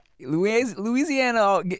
Louisiana